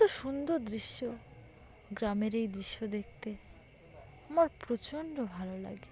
এত সুন্দর দৃশ্য গ্রামের এই দৃশ্য দেখতে আমার প্রচণ্ড ভালো লাগে